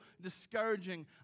discouraging